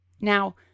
Now